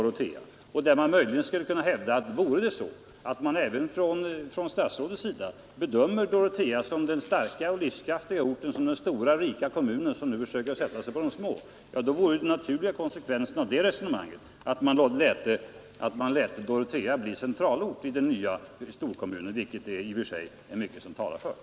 Om det vore så att man bedömer Dorotea som den starka och livskraftiga orten, som den stora och rika kommunen som nu försöker sätta sig på de små, så vore den naturliga konsekvensen att låta Dorotea bli centralort i den nya storkommunen. I och för sig är mycket som talar för det.